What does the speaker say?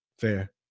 Fair